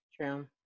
true